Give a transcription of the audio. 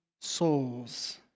souls